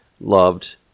loved